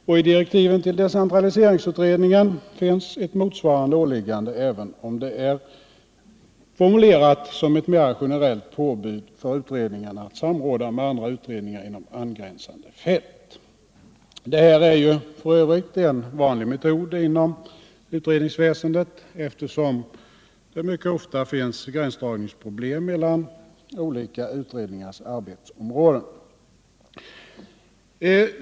I direktiven till decentraliseringsutredningen finns ett motsvarande åliggande, även om det är formulerat som ett mera generellt påbud för utredningen att samråda med andra utredningar inom angränsande fält. Det här är f. ö. en vanlig metod inom utredningsväsendet, eftersom det mycket ofta finns gränsdragningsproblem mellan olika utredningars arbetsområden.